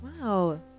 Wow